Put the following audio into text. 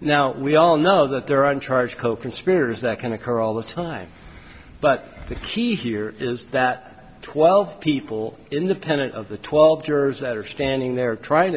now we all know that there are in charge coconspirators that can occur all the time but the key here is that twelve people in the pennant of the twelve jurors that are standing there trying